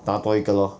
拿多一个 lor